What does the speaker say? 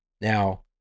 Now